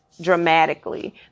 dramatically